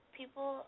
people